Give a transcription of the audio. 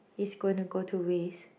is going to go two ways